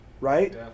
right